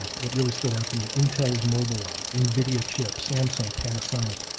what really stood out to me, intel's mobile eye, nvidia chip, samsung, panasonic,